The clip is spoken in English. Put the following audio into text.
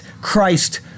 Christ